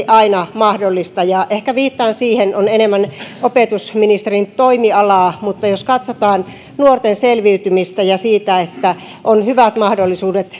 aina mahdollista ja ehkä viittaan siihen tämä on enemmän opetusministerin toimialaa että jos katsotaan nuorten selviytymistä ja sitä että on hyvät mahdollisuudet